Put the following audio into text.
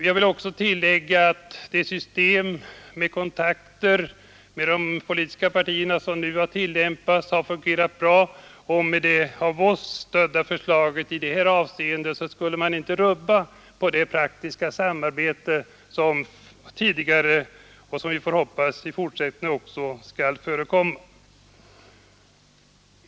Jag vill tillägga att det system med kontakter med de politiska partierna som nu har tillämpats har fungerat bra, och med det av oss ställda förslaget i det här avseendet skulle man inte rubba det praktiska samarbete som tidigare förekommit och som, får vi hoppas, skall förekomma också i fortsättningen.